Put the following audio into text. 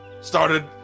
started